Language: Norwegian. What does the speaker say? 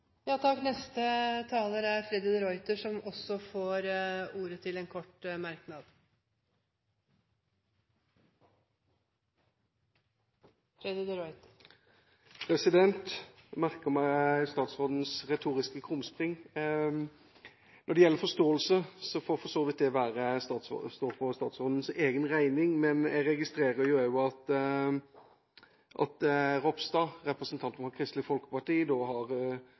Freddy de Ruiter har hatt ordet to ganger tidligere og får ordet til en kort merknad, begrenset til 1 minutt. Jeg merker meg statsrådens retoriske krumspring. Når det gjelder forståelse, får for så vidt det stå for statsrådens egen regning, men jeg registrerer at Ropstad, representanten fra Kristelig Folkeparti, har forstått det slik som vi har